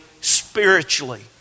spiritually